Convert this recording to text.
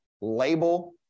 label